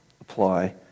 apply